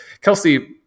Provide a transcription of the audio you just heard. Kelsey